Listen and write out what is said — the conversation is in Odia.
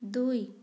ଦୁଇ